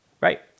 Right